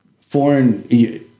Foreign